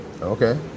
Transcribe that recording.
okay